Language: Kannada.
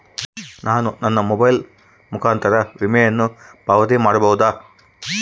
ನಾನು ನನ್ನ ಮೊಬೈಲ್ ಮುಖಾಂತರ ವಿಮೆಯನ್ನು ಪಾವತಿ ಮಾಡಬಹುದಾ?